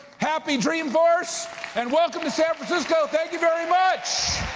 happy dreamforce and welcome to san fransisco. thank you very much!